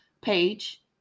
page